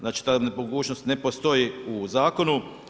Znači ta mogućnost ne postoji u zakonu.